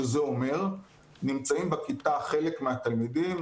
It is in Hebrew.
שזה אומר שנמצאים בכיתה חלק מהתלמידים,